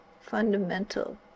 fundamental